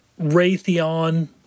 Raytheon